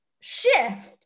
shift